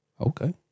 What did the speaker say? Okay